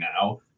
now